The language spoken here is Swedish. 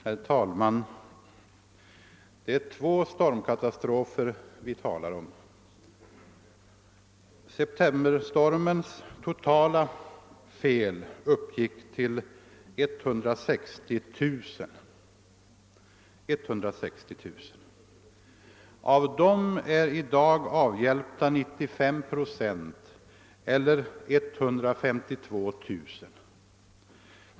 Herr talman! Det är två stormkatastrofer vi talar om. Det totala antalet fel på grund av septemberstormen uppgick till 160 000. Av dessa är i dag 95 procent eller 152 000 avhjälpta.